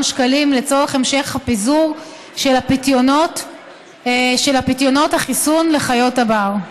שקלים לצורך המשך הפיזור של פיתיונות החיסון לחיות הבר.